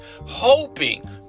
hoping